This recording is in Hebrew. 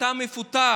אתה מפוטר.